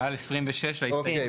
אוקיי.